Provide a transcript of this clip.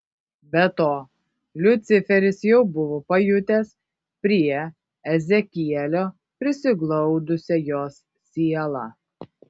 be to liuciferis jau buvo pajutęs prie ezekielio prisiglaudusią jos sielą